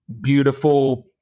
beautiful